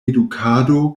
edukado